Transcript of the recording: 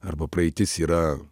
arba praeitis yra